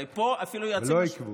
הרי פה אפילו יועצים משפטיים, ולא עיכבו.